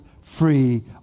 free